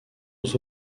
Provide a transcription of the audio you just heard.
aux